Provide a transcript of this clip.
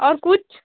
और कुछ